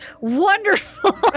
wonderful